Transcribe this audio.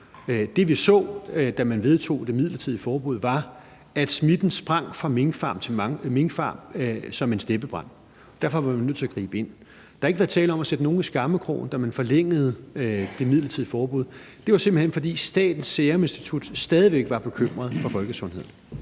Det, vi så, da man vedtog det midlertidige forbud, var, at smitten sprang fra minkfarm til minkfarm som en steppebrand. Derfor var vi nødt til at gribe ind. Der har ikke været tale om at sætte nogen i skammekrogen, da man forlængede det midlertidige forbud. Det var simpelt hen, fordi Statens Serum Institut stadig væk var bekymrede for folkesundheden.